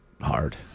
hard